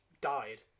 died